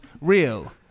real